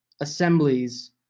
assemblies